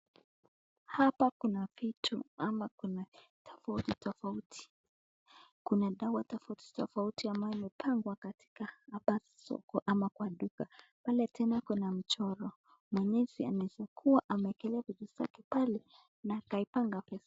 Hapa kuna vitu ama kuna tofauti tofauti. Kuna dawa tofauti tofauti ambayo imepangwa katika hapa soko ama kwa duka. Pale tena kuna mchoro, mwenyeji anawezakuwa ama ameekelea vitu zake pale na akaipanga pesa.